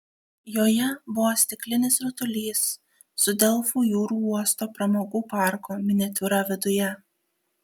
joje buvo stiklinis rutulys su delfų jūrų uosto pramogų parko miniatiūra viduje